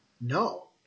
No